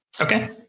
Okay